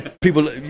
People